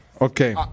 Okay